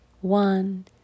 one